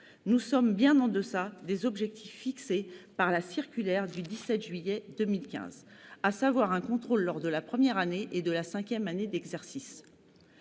Nous sommes bien en deçà des objectifs fixés par la circulaire du 17 juillet 2015, à savoir un contrôle lors de la première année et de la cinquième année d'exercice.